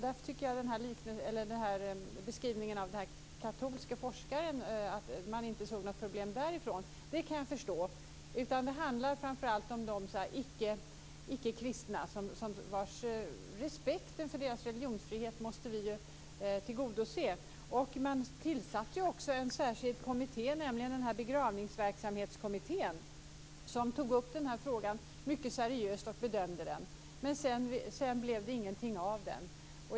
Därför kan jag förstå det som sades från den katolske forskaren, nämligen att man inte såg något problem därifrån. Det handlar därför framför allt om de icke-kristna och om att vi måste tillgodose respekten för deras religionsfrihet. Man tillsatte också en särskild kommitté, nämligen Begravningsverksamhetskommittén, som tog upp denna fråga mycket seriöst och bedömde den. Men sedan blev det ingenting av den.